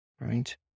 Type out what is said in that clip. right